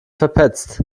verpetzt